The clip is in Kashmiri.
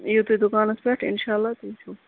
یِیِو تُہۍ دُکانس پیٚٹھ اِنشااللہ تتی وُچھو